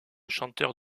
chanteur